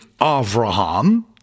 Avraham